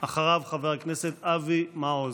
אחריו, חבר הכנסת אבי מעוז.